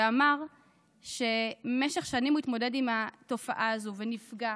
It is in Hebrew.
ואמר שבמשך שנים הוא התמודד עם התופעה הזו ונפגע,